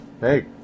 Hey